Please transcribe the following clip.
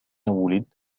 وُلد